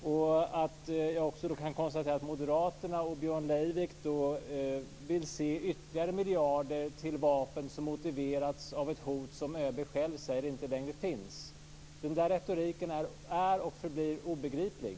Jag konstaterar också att Moderaterna och Björn Leivik vill se ytterligare miljarder till vapen som motiverats av ett hot som ÖB själv säger inte längre finns. Den retoriken är och förblir obegriplig.